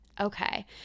Okay